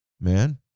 man